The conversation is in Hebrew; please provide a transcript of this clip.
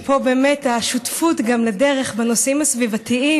פה, השותפות לדרך בנושאים הסביבתיים